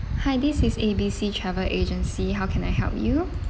hi this is A_B_C travel agency how can I help you